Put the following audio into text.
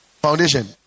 Foundation